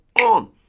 on